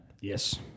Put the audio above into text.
Yes